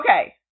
okay